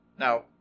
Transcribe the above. Now